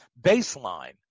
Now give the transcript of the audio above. baseline